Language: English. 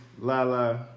Lala